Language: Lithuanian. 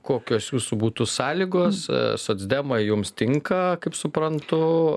kokios jūsų būtų sąlygos socdemai jums tinka kaip suprantu